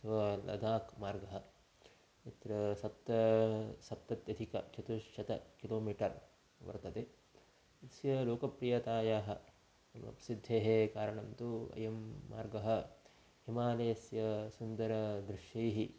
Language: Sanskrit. अथवा लदाक् मार्गः तत्र सप्त सप्तत्यधिकचतुश्शतं किलोमीटर् वर्तते तस्य लोकप्रियतायाः एवं सिद्धेः कारणं तु अयं मार्गः हिमालयस्य सुन्दरदृश्यैः